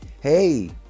hey